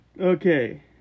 Okay